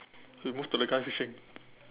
so we move to the guy fishing